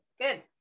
good